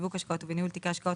בשיווק השקעות ובניהול תיקי השקעות,